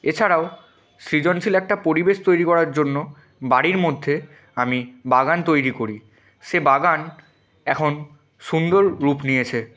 এছাড়াও সৃজনশীল একটা পরিবেশ তৈরি করার জন্য বাড়ির মধ্যে আমি বাগান তৈরি করি সে বাগান এখন সুন্দর রূপ নিয়েছে